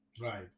Right